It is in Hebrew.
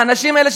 האנשים האלה,